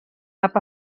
cap